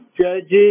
judges